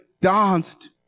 danced